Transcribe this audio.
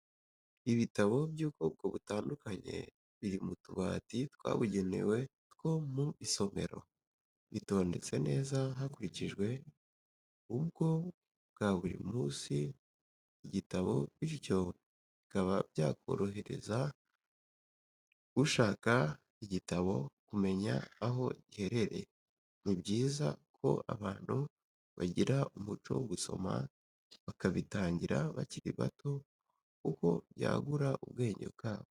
Ibitabo by'ubwoko butandukanye biri mu tubati twabugenewe two mu isomero, bitondetse neza hakurikijwe ubwo bwa buri gitabo bityo bikaba byakorohereza ushaka igitabo kumenya aho giherereye, ni byiza ko abantu bagira umuco wo gusoma bakabitangira bakiri bato kuko byagura ubwenge bwabo.